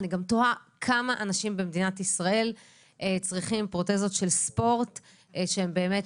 ואני גם תוהה כמה אנשים במדינת ישראל צריכים פרוטזות של ספורט שהן באמת